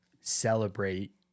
celebrate